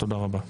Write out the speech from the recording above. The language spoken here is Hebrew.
תודה רבה.